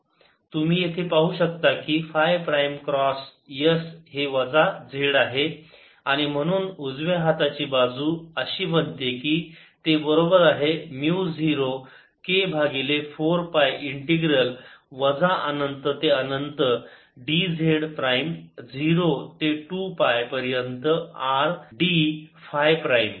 तुम्ही येथे पाहू शकता की फाय प्राइम क्रॉस s हे वजा z आहे आणि म्हणून उजव्या हाताची बाजू अशी बनते की ते बरोबर आहे म्यु 0 k भागिले 4 पाय इंटिग्रल वजा अनंत ते अनंत dz प्राईम 0 ते 2 पाय पर्यंत R d फाय प्राईम